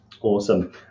awesome